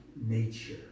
nature